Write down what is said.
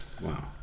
Wow